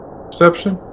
perception